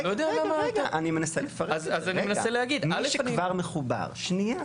אני מנסה לפרט את זה, רגע.